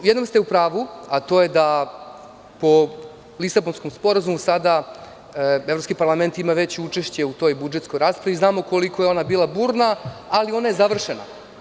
U jednom ste u pravu, a to je da, po Lisabonskom sporazumu, belgijski parlament ima veće učešće u toj budžetskoj raspravi i znamo koliko je ona bila burna, ali je ona završena.